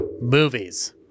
movies